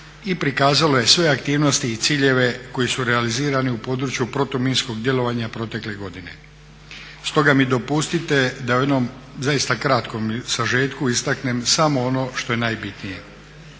i prikazalo je sve aktivnosti i ciljeve koji su realizirani u području protuminskog djelovanja protekle godine. Stoga mi dopustite da u jednom zaista kratkom sažetku istaknem samo ono što je najbitnije.